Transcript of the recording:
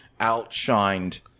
outshined